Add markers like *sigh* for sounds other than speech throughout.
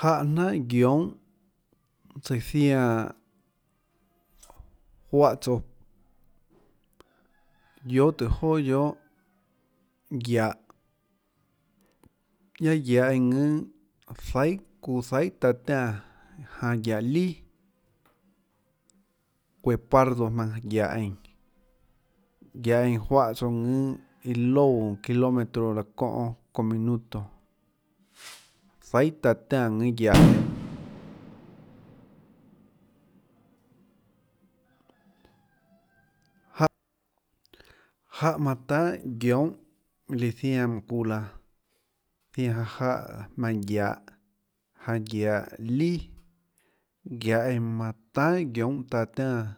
Jáhã jnáhà guionhâ tsøã zianã juáhã tsouã guiohà tùhå joà guiohà guiahå guiaâ guiahå eínã ðùnâ zaihà, çuã ziahà taã tiánã janã guiahå lià, guepardo jmaønã guiahå eínã, guiahà eínã juáhå tsouã ðùnâ iã loúã çilometro laã çóhã çounã minuto, zaihà taã tiánã ðùnâ guiahå eínã jáhã, *noise* jáhã manã tahà guionhâ iã zianã mønã çuã laã zianã janã jáhã jmaønã guiahå, janã guiahå lià, guiahå eínã manã tahà guionhâ taã tiánã,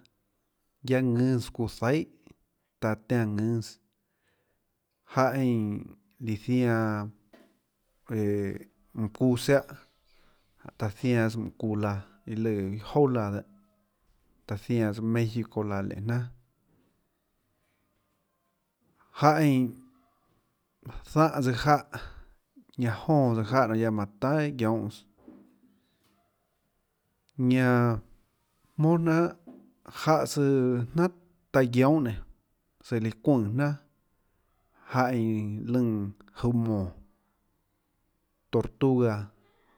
guiaâ ðùnâs çuã zaihà. taã tiánã ðùnâs jáhã eínã líã zianãs õæå mønã çuã siáhå, jáhå taã zianãs mùhå çuã laã. iâ lùã iâ jouà laã, taã zianãs méxico laã lenê jnaà, jáhã eínã záhã tsøã jáh, ñanã jóã tsøã jáh guiaâ manã tahà guionhâ ñanã jmóà jnanhà jáhã jnanhà tsøã taã guionhâ nénå tsøã líã çuønè jnanà jáhã eínã lùnã juhå mónå, tortuga.